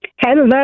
Hello